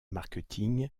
marketing